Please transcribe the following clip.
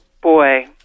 boy